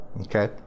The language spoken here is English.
Okay